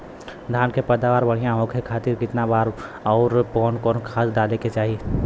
धान के पैदावार बढ़िया होखे खाती कितना बार अउर कवन कवन खाद डाले के चाही?